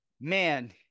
man